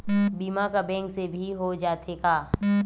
बीमा का बैंक से भी हो जाथे का?